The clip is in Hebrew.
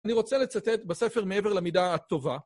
אני רוצה לצטט בספר מעבר למידה טובה.